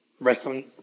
Wrestling